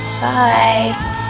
Bye